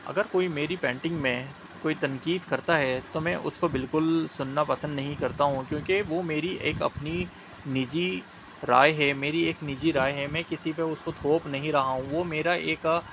اگر کوئی میرے پینٹنگ میں کوئی تنقید کرتا ہے تو میں اس کو بالکل سننا پسند نہیں کرتا ہوں کیوں کہ وہ میری ایک اپنی نیجی رائے ہے میری ایک نیجی رائے ہے میں کسی پے اس کو تھوپ نہیں رہا ہوں وہ میرا ایک